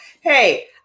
Hey